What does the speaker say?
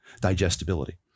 digestibility